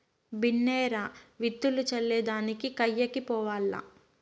బిన్నే రా, విత్తులు చల్లే దానికి కయ్యకి పోవాల్ల